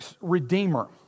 Redeemer